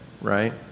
right